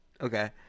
Okay